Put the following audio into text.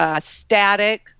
static